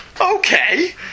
Okay